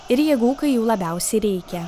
ir jėgų kai jų labiausiai reikia